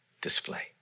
display